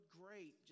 great